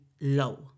low